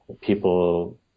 people